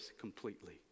completely